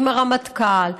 עם הרמטכ"ל,